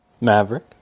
Maverick